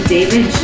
David